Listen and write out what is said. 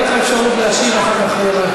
תהיה לך אפשרות להשיב אחר כך.